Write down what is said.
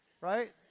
right